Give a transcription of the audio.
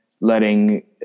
letting